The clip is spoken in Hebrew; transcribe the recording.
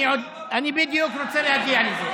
אני בדיוק רוצה להגיע לזה.